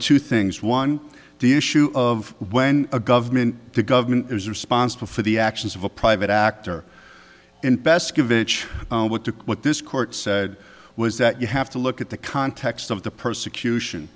two things one the issue of when a government the government is responsible for the actions of a private actor and best of h what took what this court said was that you have to look at the context of the persecution